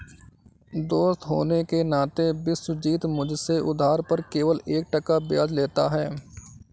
दोस्त होने के नाते विश्वजीत मुझसे उधार पर केवल एक टका ब्याज लेता है